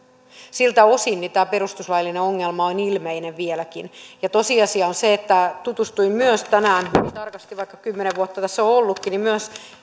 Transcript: siltä osin tämä perustuslaillinen ongelma on ilmeinen vieläkin ja tosiasia on se että tutustuin tänään tarkastin vaikka kymmenen vuotta tässä olen ollutkin myös